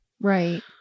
Right